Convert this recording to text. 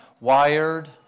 wired